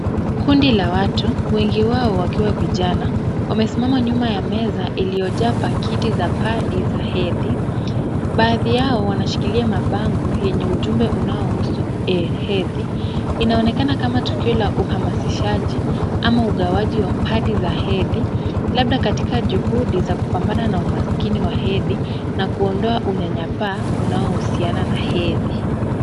Kundi la watu, wengi wao wakiwa vijana wamesimama nyuma ya meza iliyojaa pakiti za padi za hedhi, baadhi yao wanashikilia mabango yenye ujumbe unaohusu hedhi, inaonekana kama tukio la uhamasishaji ama ugawaji wa padi za hedhi, labda katika juhudi za kupambana na umaskini wa hedhi na kuondoa unyanyapaa unaohusiana na hedhi.